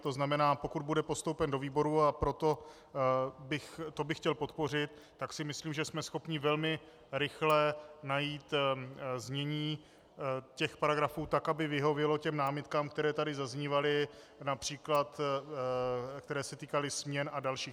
To znamená, pokud bude postoupen do výborů, a to bych chtěl podpořit, tak si myslím, že jsme schopni velmi rychle najít znění těch paragrafů tak, aby vyhovělo námitkám, které tady zaznívaly, např. které se týkaly směn a dalších.